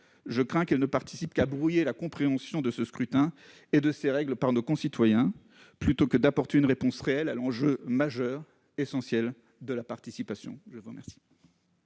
je crains qu'elle ne participe à brouiller la compréhension de ce scrutin et de ses règles par nos concitoyens, au lieu d'apporter une réponse réelle à l'enjeu majeur et essentiel de la participation. La parole